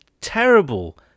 terrible